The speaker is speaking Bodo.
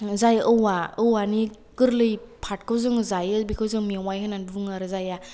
जाय औवा औवानि गोरलै फार्थखौ जोङो जायो बेखौ जोङो मेवाइ होननानै बुङो आरो जाया